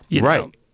Right